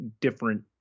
different